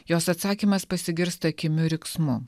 jos atsakymas pasigirsta kimiu riksmu